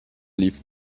leaf